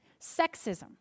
sexism